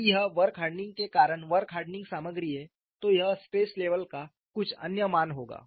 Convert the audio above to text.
यदि यह work hardening के कारण वर्क हार्डनिंग सामग्री है तो यह स्ट्रेस लेवल का कुछ अन्य मान होगा